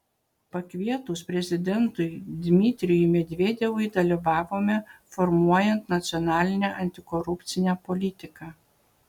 pakvietus prezidentui dmitrijui medvedevui dalyvavome formuojant nacionalinę antikorupcinę politiką